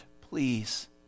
please